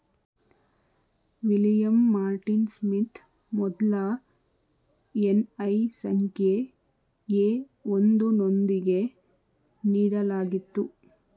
William Martin Smith ಮೊದ್ಲ NI ಸಂಖ್ಯೆ A ಒಂದು ನೊಂದಿಗೆ ನೀಡಲಾಗಿತ್ತು